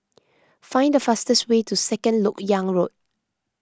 find the fastest way to Second Lok Yang Road